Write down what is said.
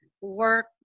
work